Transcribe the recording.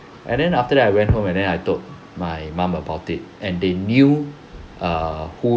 and then after that I went home and then I told my mum about it and they knew err who